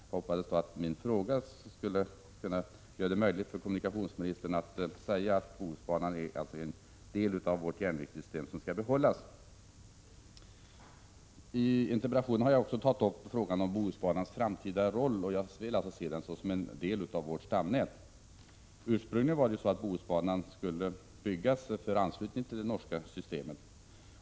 Jag hoppades att min fråga skulle kunna göra det möjligt för kommunikationsministern att säga att Bohusbanan är en del av vårt järnvägssystem som skall behållas. I interpellationen har jag också tagit upp frågan om Bohusbanans framtida roll. Jag vill se denna bana som en del av stamnätet. Ursprungligen skulle Bohusbanan byggas för anslutning till det norska systemet.